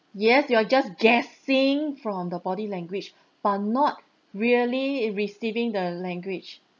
yes you're just guessing from the body language but not really receiving the language